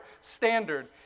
standard